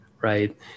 right